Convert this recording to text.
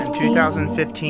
2015